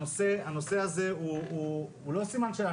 הנושא הזה הוא לא סימן שאלה,